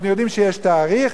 אנחנו יודעים שיש תאריך,